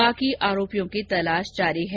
बाकी आरोपियों की तलाश जारी है